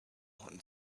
and